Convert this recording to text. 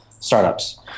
startups